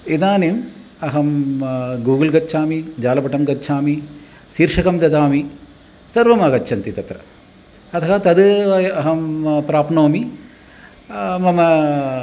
इदानीम् अहं गूगल् गच्छामि जालपुटं गच्छामि शीर्षकं ददामि सर्वमागच्छन्ति तत्र अतः तद् वय अहं प्राप्नोमि मम